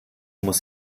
muss